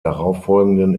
darauffolgenden